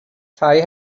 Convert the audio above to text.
tai